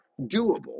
doable